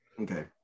Okay